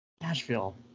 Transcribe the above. Nashville